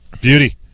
Beauty